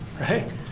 right